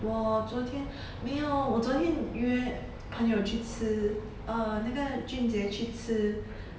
我昨天没有我昨天约朋友去吃 uh 那个 jun jie 去吃